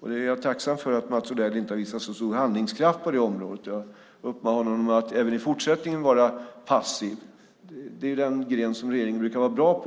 Jag är tacksam för att Mats Odell inte har visat så stor handlingskraft på det området. Jag uppmanar honom att även i fortsättningen vara passiv. Det är den gren som regeringen brukar vara bra på.